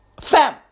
Fam